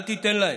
אל תיתן להם,